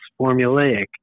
formulaic